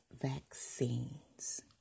vaccines